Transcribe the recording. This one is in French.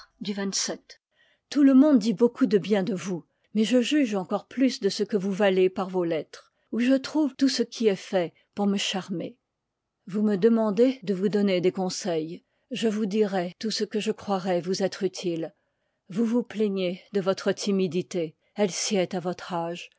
du tout le monde dit beaucoup de bien j de vous mais je juge encore plus de ce que vous valez par vos lettres où je trouve tout ce qui est fait pour me char ii part mer vous me demandez de vous donner ly ï n des conseils je vous dirai tout ce que je croirai vous être utile vous vous plaignez de votre timidité elle sied à votre âge